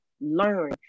learn